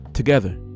together